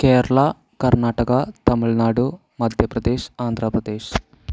Kerala Karnataka Tamil Nadu Madhya Pradesh Andhra Pradesh